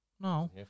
No